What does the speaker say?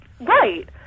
Right